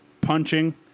punching